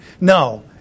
No